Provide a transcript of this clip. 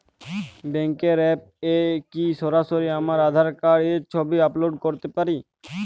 ব্যাংকের অ্যাপ এ কি সরাসরি আমার আঁধার কার্ড র ছবি আপলোড করতে পারি?